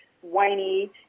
whiny